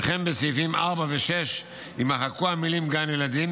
וכן בסעיפים 4 ו-6 יימחקו המילים "גן ילדים".